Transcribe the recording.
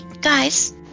guys